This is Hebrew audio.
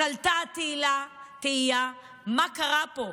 אז עלתה התהייה מה קרה פה,